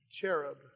cherub